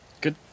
Good